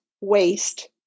waste